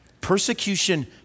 Persecution